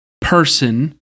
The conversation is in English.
person